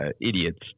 idiots